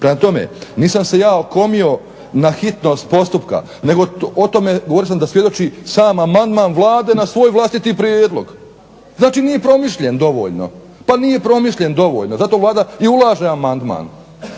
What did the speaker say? Prema tome, nisam se ja okomio na hitnost postupka, nego o tome, govorio sam da svjedoči sam amandman Vlade na svoj vlastiti prijedlog. Znači nije promišljen dovoljno! Pa nije promišljen dovoljno, zato Vlada i ulaže amandman.